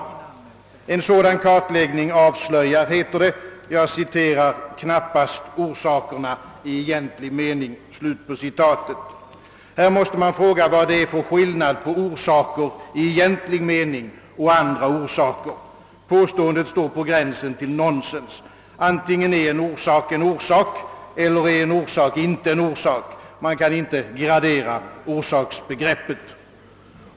Rådet skriver: »Därtill kommer vidare att en sådan kartläggning knappast avslöjar orsakerna i egentlig mening.» Här måste man fråga vad det är för skillnad på orsker i egentlig mening och andra orsaker. Påståendet står på gränsen till nonsens. Antingen är en orsak en orsak, eller också är den det inte. Man kan inte gradera orsaksbegreppet.